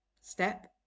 Step